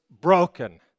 broken